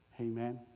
Amen